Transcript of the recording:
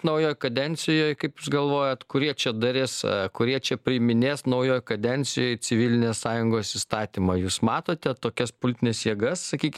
naujoj kadencijoj kaip jūs galvojate kurie čia darys kurie čia priiminės naujoj kadencijoj civilinės sąjungos įstatymą jūs matote tokias politines jėgas sakykim